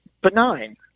benign